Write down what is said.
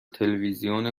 تلویزیون